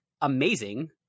amazing